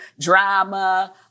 drama